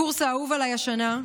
הקורס האהוב עליי השנה,